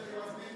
לא צריך.